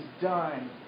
done